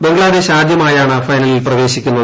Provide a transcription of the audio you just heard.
ബംഗ്ലാദേശ് ആദ്യമായാണ് ഫൈനലിൽ പ്രവേശിക്കുന്നത്